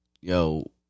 Yo